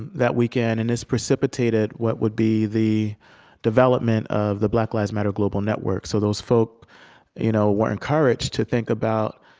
that weekend, and this precipitated what would be the development of the black lives matter global network. so those folk you know were encouraged to think about,